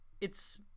It's-